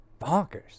bonkers